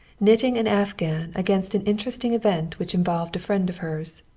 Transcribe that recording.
knitting an afghan against an interesting event which involved a friend of hers.